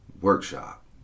workshop